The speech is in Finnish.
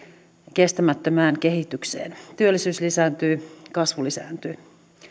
kestämättömään kehitykseen työllisyys lisääntyy kasvu lisääntyy